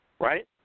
right